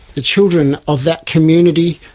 the children of that community,